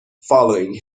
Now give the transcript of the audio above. following